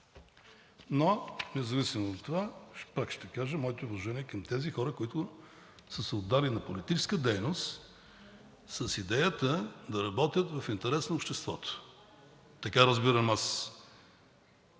Но независимо от това пак ще кажа – моите уважения към тези хора, които са се отдали на политическа дейност с идеята да работят в интерес на обществото. Така разбирам аз